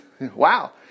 Wow